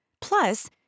Plus